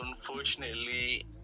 Unfortunately